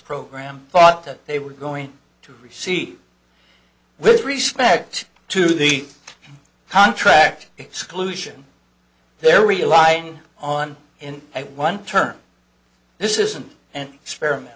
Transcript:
program thought that they were going to receive with respect to the contract exclusion they're relying on in one term this isn't an experiment